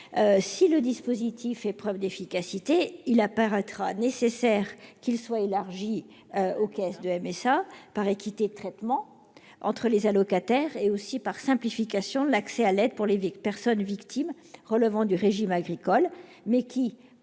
Si le dispositif fait preuve d'efficacité, il apparaîtra nécessaire de l'élargir aux caisses de la MSA, par équité de traitement entre les allocataires et par simplification de l'accès à l'aide pour les personnes victimes relevant du régime agricole, même si,